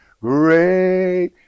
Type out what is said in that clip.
great